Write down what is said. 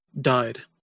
died